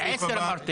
אמרנו את